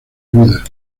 vida